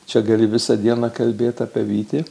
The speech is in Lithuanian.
čia gali visą dieną kalbėt apie vytį